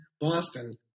Boston